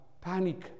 panic